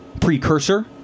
precursor